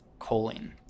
choline